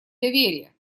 доверия